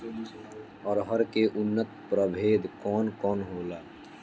अरहर के उन्नत प्रभेद कौन कौनहोला?